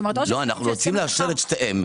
אנו רוצים לאשר את שתיהן.